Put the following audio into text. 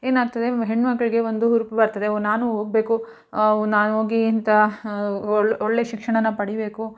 ಏನಾಗ್ತದೆ ಹೆಣ್ಣುಮಕ್ಳಿಗೆ ಒಂದು ಹುರುಪು ಬರ್ತದೆ ಒ ನಾನೂ ಹೋಗ್ಬೇಕು ನಾನ್ಹೋಗಿ ಇಂಥಾ ಒಳ್ಳೆ ಒಳ್ಳೆಯ ಶಿಕ್ಷಣಾನ ಪಡಿಬೇಕು